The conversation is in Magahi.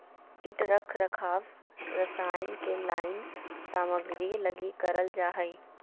कीट रख रखाव रसायन के लाइन सामग्री लगी करल जा हइ